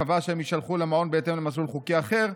קבע שהם יישלחו למעון בהתאם למסלול חוקי אחר,